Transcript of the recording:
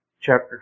chapter